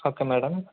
okay madam